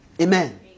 Amen